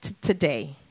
today